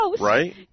Right